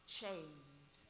change